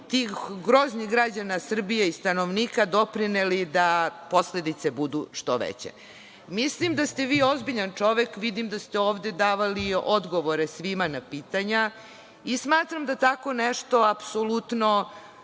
tih groznih građana Srbije i stanovnika doprineli da posledice budu što veće. Mislim da ste vi ozbiljan čovek, vidim da ste ovde davali odgovore svima na pitanja i smatram da tako nešto apsolutno